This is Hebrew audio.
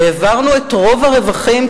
והעברנו את רוב הרווחים,